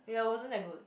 ya wasn't that good